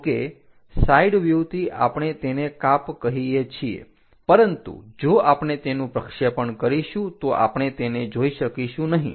જો કે સાઈડ વ્યૂહથી આપણે તેને કાપ કહીએ છીએ પરંતુ જો આપણે તેનું પ્રક્ષેપણ કરીશું તો આપણે તેને જોઈ શકીશું નહીં